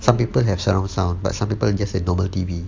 some people have surround sound but some people just have normal T_V